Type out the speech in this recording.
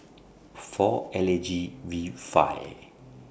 four L A G V five